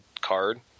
card